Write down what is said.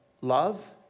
love